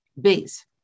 Base